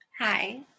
Hi